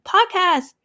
Podcast